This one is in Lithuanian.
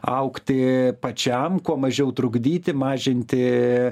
augti pačiam kuo mažiau trukdyti mažinti